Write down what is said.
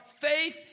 faith